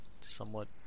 somewhat